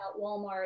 Walmart